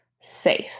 safe